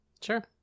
Sure